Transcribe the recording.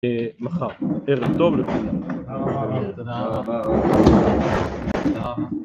מחר. ערב טוב לכולם.